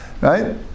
Right